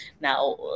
Now